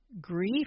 Grief